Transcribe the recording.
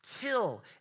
kill